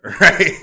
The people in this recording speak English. Right